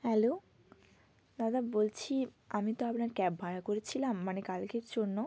hello দাদা বলছি আমি তো আপনার ক্যাব ভাড়া করেছিলাম মানে কালকের জন্য